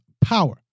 power